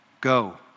go